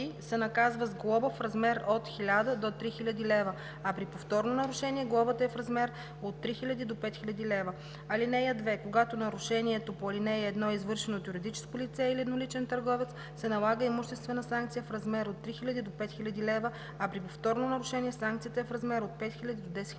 се наказва с глоба в размер от 1000 до 3000 лв., а при повторно нарушение глобата е в размер от 3000 до 5000 лв. (2) Когато нарушението по ал. 1 е извършено от юридическо лице или едноличен търговец, се налага имуществена санкция в размер от 3000 до 5000 лв., а при повторно нарушение санкцията е в размер от 5000 до 10 000